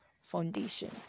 foundation